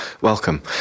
Welcome